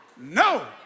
No